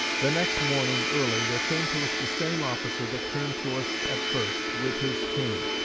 the next morning early, there came to us the same officer that came to us at first with his cane,